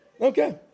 okay